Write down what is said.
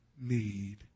need